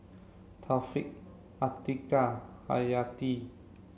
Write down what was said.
Taufik Atiqah Hayati